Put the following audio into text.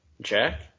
Jack